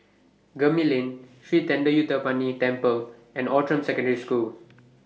Gemmill Lane Sri Thendayuthapani Temple and Outram Secondary School